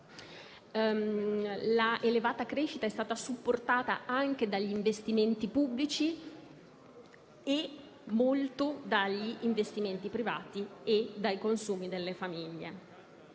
L'elevata crescita è stata supportata anche dagli investimenti pubblici e molto dagli investimenti privati e dai consumi delle famiglie.